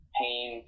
pain